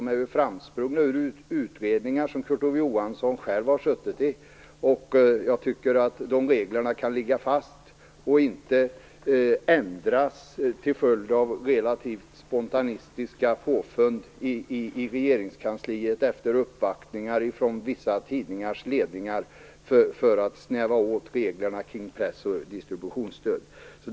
De är framsprungna ur utredningar som Kurt Ove Johansson själv har suttit med i. Jag tycker att de reglerna kan ligga fast. De behöver inte ändras till följd av relativt spontanistiska påfund i regeringskansliet efter uppvaktningar från vissa tidningars ledningar för att snäva åt reglerna om press och distributionsstöd.